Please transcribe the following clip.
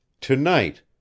Tonight